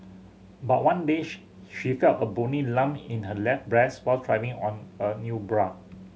but one day she she felt a bony lump in her left breast while trying on a new bra